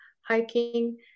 hiking